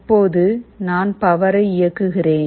இப்போது நான் பவரை இயக்குகிறேன்